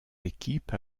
équipe